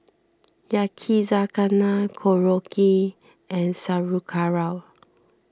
Yakizakana Korokke and Sauerkraut